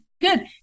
good